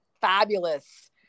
fabulous